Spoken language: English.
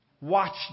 Watch